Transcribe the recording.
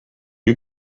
you